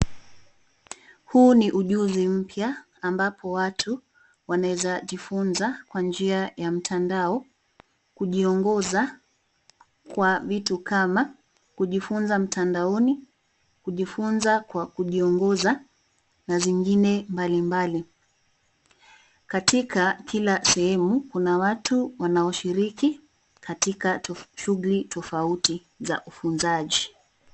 Huu ni ujuzi mpya ambapo watu wanaeza kujifunza kwa njia ya mtandao, kujiongoza kwa vitu kama kujifunza mtandaoni, kujifunza kwa kujiongoza na zingine mbalimbali. Katika kila sehemu kuna watu wanaoshiriki katika shughuli tofauti za ufunzaji.